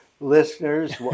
Listeners